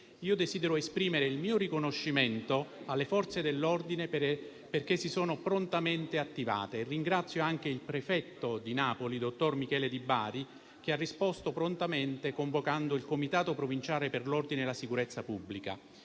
Io desidero esprimere il mio riconoscimento alle Forze dell'ordine perché si sono prontamente attivate e ringrazio anche il prefetto di Napoli, dottor Michele Di Bari, che ha risposto prontamente convocando il Comitato provinciale per l'ordine e la sicurezza pubblica.